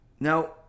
now